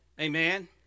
Amen